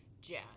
jazz